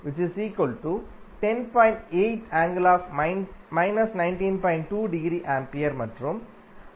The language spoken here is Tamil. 2◦A மற்றும் I2 10